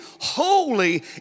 holy